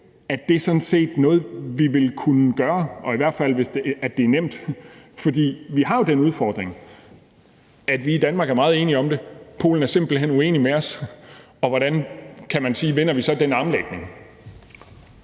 at det sådan set er noget, vi ville kunne gøre, og i hvert fald hvis vi sagde, det var nemt. For vi har jo den udfordring, at vi i Danmark er meget enige om det. Polen er simpelt hen uenig med os, og hvordan vinder vi så den armlægning?